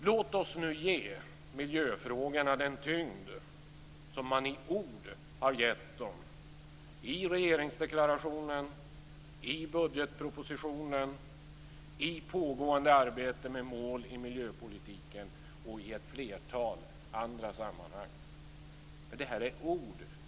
Låt oss nu ge miljöfrågorna den tyngd som man i ord har gett dem i regeringsdeklarationen, i budgetpropositionen, i pågående arbete med mål i miljöpolitiken och i ett flertal andra sammanhang. Men det här är ord.